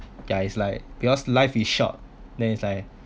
guys like because life is short then it's like